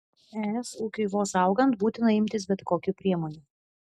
es ūkiui vos augant būtina imtis bet kokių priemonių